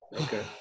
Okay